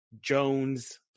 Jones